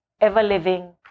ever-living